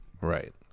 Right